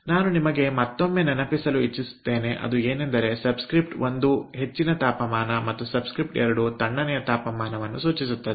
ನಾನು ನಿಮಗೆ ಮತ್ತೊಮ್ಮೆ ನೆನಪಿಸಲು ಇಚ್ಚಿಸುತ್ತೇನೆ ಅದು ಏನೆಂದರೆ ಸಬ್ಸ್ಕ್ರಿಪ್ಟ್ ಒಂದು ಹೆಚ್ಚಿನ ತಾಪಮಾನ ಮತ್ತು ಸಬ್ಸ್ಕ್ರಿಪ್ಟ್ 2 ತಣ್ಣನೆಯ ತಾಪಮಾನವನ್ನು ಸೂಚಿಸುತ್ತದೆ